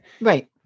Right